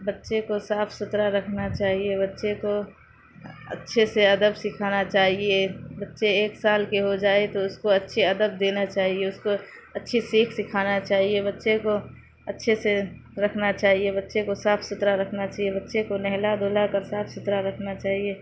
بچے کو صاف ستھرا رکھنا چاہیے بچے کو اچھے سے ادب سکھانا چاہیے بچے ایک سال کے ہو جائے تو اس کو اچھے ادب دینا چاہیے اس کو اچھی سیکھ سکھانا چاہیے بچے کو اچھے سے رکھنا چاہیے بچے کو صاف ستھرا رکھنا چاہیے بچے کو نہلا دھلا کر صاف ستھرا رکھنا چاہیے